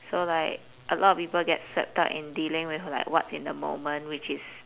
so like a lot of people get swept up in dealing with like what's in the moment which is